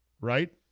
right